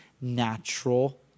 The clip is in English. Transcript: natural